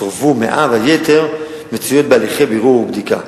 סורבו 100 והיתר מצויות בהליכי בירור ובדיקה.